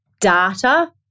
data